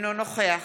אינו נוכח